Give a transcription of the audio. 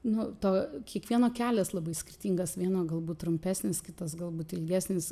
nu to kiekvieno kelias labai skirtingas vieno galbūt trumpesnis kitas galbūt ilgesnis